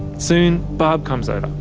soon barb comes over.